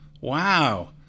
Wow